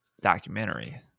documentary